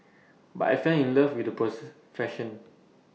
but I fell in love with the